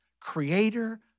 creator